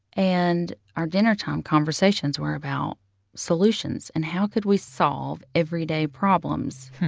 and our dinnertime conversations were about solutions. and how could we solve everyday problems?